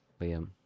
Liam